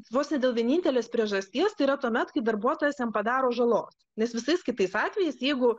vos ne dėl vienintelės priežasties tai yra tuomet kai darbuotojas jam padaro žalos nes visais kitais atvejais jeigu